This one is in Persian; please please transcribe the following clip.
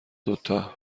دوتا